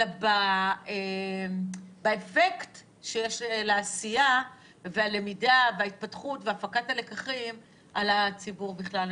אלא באפקט שיש לעשייה והלמידה וההתפתחות והפקת הלקחים על הציבור בכלל.